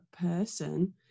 person